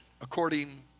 according